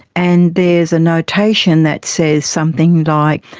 and there's a notation that says something and like,